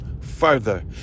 further